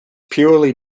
purely